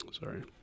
sorry